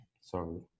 Sorry